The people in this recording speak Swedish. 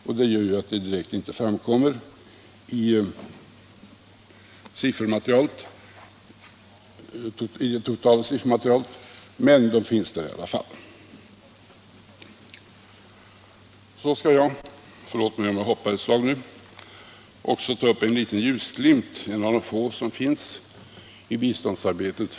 Detta gör att kostnaderna inte direkt framgår av totalsiffrorna, men de finns där i alla fall. Så skall jag också, förlåt att jag hoppar ett tag, ta upp en liten ljusglimt, en av de få som för ögonblicket finns i biståndsarbetet.